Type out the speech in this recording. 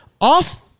off